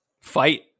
Fight